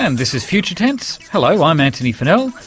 and this is future tense. hello, i'm antony funnell,